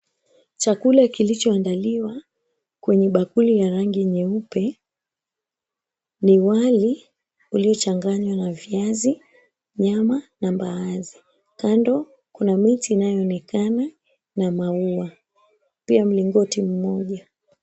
Chakula kilichoandaliwa kwenye bakuli ya rangi nyeupe, ni wali uliochanganya na viazi, nyama, na mbaazi. Kando kuna miti inayoonekana, na maua. Pia mlingoti mmoja.